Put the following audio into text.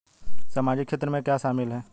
सामाजिक क्षेत्र में क्या शामिल है?